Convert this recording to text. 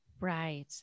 Right